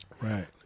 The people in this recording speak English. Right